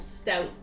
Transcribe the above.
stout